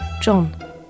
John